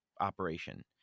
operation